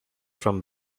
from